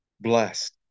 blessed